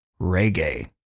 reggae